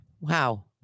Wow